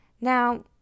Now